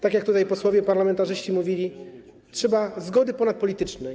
Tak jak tutaj posłowie, parlamentarzyści mówili, trzeba zgody ponadpolitycznej.